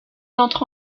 entre